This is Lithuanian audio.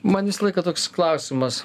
man visą laiką toks klausimas